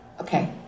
Okay